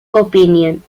opinion